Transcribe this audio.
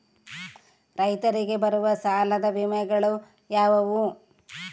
ರೈತರಿಗೆ ಬರುವ ಸಾಲದ ವಿಮೆಗಳು ಯಾವುವು?